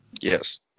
Yes